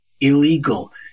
illegal